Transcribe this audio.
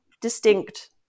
distinct